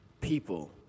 people